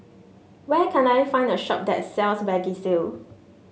where can I find a shop that sells Vagisil